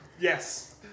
Yes